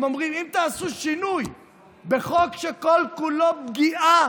הם אומרים: אם תעשו שינוי בחוק שכל-כולו פגיעה